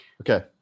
Okay